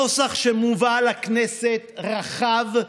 הנוסח שמובא לכנסת רחב,